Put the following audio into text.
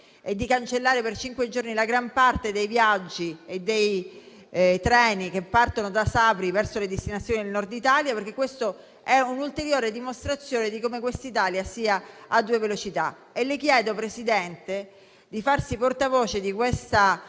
e di cancellare per cinque giorni la gran parte dei viaggi e dei treni che partono da Sapri verso le destinazioni del Nord Italia, perché questa è una ulteriore dimostrazione di come questa Italia sia a due velocità. Signor Presidente, le chiedo di farsi portavoce di questa